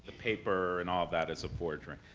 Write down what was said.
paper and all that is a forgery.